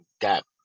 got